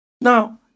now